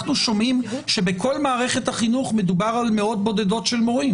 אנחנו שומעים שבכל מערכת החינוך מדובר על מאות בודדות של מורים